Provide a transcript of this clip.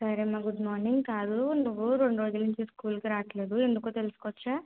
సరే అమ్మ good morning కాదు నువ్వు రెండు రోజులు నుంచి స్కూల్కి రావట్లేదు ఎందుకో తెలుసుకోవచ్చా